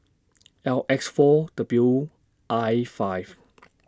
L X four W I five